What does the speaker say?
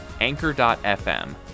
Anchor.fm